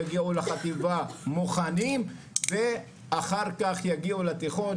יגיעו לחטיבה מוכנים ואחר כך יגיעו לתיכון,